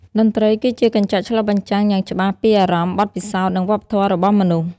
តន្ត្រីគឺជាកញ្ចក់ឆ្លុះបញ្ចាំងយ៉ាងច្បាស់ពីអារម្មណ៍ បទពិសោធន៍ និងវប្បធម៌របស់មនុស្ស។